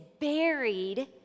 buried